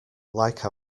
like